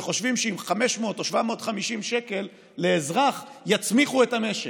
וחושבים ש-500 או 750 שקל לאזרח יצמיחו את המשק.